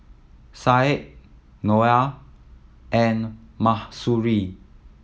Said Noah and Mahsuri